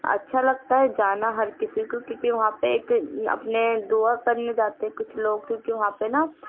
اچھا لگتا ہے جانا ہر کسی کو کیونکہ وہاں پہ ایک اپنے دعا کرنے جاتے کچھ لوگ کیونکہ وہاں پہ نا